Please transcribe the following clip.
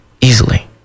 Easily